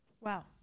Wow